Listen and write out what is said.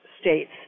states